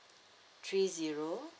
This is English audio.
three zero